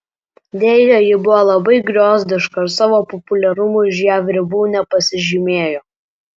deja ji buvo labai griozdiška ir savo populiarumu už jav ribų nepasižymėjo